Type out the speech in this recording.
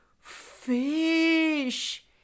Fish